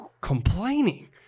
complaining